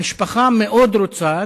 המשפחה מאוד רוצה,